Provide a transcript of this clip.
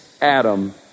Adam